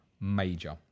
Major